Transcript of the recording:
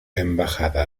embajada